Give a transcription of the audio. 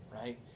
right